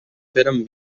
feren